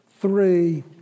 three